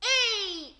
ei op